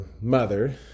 mother